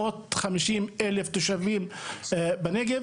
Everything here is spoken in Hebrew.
ל-350,000 תושבים בנגב.